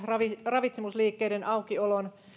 ravitsemusliikkeiden aukiolon